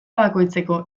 bakoitzeko